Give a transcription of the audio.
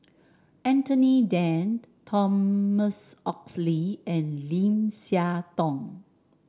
Anthony Then Thomas Oxley and Lim Siah Tong